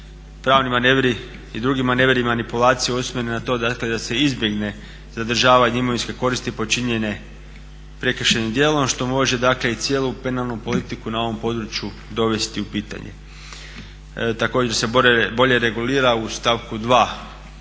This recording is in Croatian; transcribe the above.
pravni manevri i drugi manevri manipulacije usmjerene na to da se izbjegne zadržavanje imovinske koristi počinjene prekršajnim djelom što može cijelu penalnu politiku na ovom području dovesti u pitanje. Također se bolje regulira u stavku